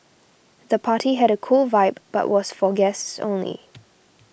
the party had a cool vibe but was for guests only